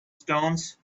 stones